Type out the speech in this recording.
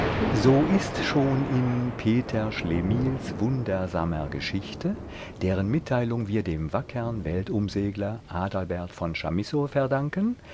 so ist schon in peter schlemihls wundersamer geschichte deren mitteilung wir dem wackern weltumsegler adalbert von chamisso verdanken